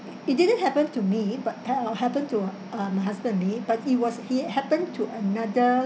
it didn't happen to me but that what happened to uh my husband and me but it was he happened to another